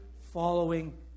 following